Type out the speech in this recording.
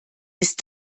ist